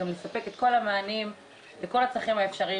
גם לספק את כל המענים לכל הצרכים האפשריים